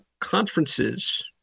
conferences